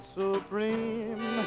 supreme